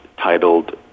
titled